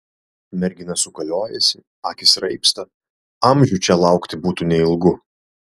mergina sukaliojasi akys raibsta amžių čia laukti būtų neilgu